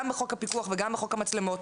גם בחוק הפיקוח וגם בחוק המצלמות.